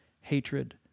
hatred